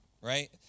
right